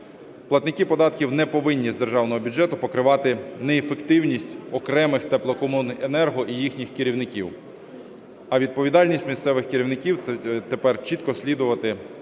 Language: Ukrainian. Платники податків не повинні з державного бюджету покривати неефективність окремих теплокомуненерго і їхніх керівників, а відповідальність місцевих керівників тепер – чітко слідувати